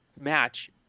match